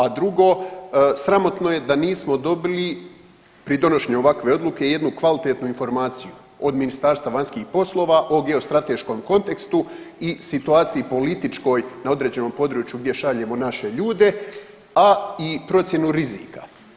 A drugo sramotno je da nismo dobili pri donošenju ovakve odluke jednu kvalitetnu informaciju od Ministarstva vanjskih poslova o geostrateškom kontekstu i situaciji političkoj na određenom području gdje šaljemo naše ljude, a i procjenu rizika.